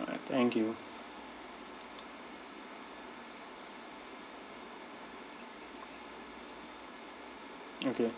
all right thank you okay